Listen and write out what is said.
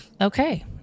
okay